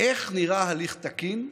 איך נראה הליך תקין,